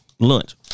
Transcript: Lunch